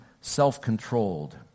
self-controlled